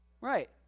right